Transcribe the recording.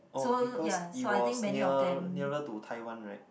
oh because it was near nearer to Taiwan right